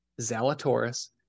Zalatoris